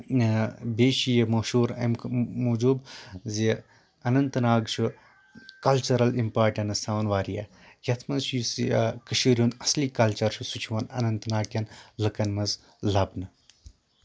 بیٚیہِ چھِ یہِ مشہوٗر اَمہِ موٗجوٗب زِ اننت ناگ چھُ کَلچرل امپارٹینس تھاوان واریاہ یَتھ منٛز یُس یہِ کٔشیٖر ہُنٛد اَصلی کَلچر چُھ سُہ چھُ یِوان اننت ناگ کٮ۪ن لُکن منٛز لَبنہٕ